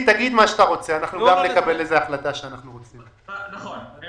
יש